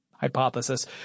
hypothesis